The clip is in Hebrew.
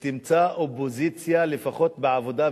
ותמצא אופוזיציה, לפחות בעבודה ובמרצ,